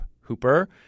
Hooper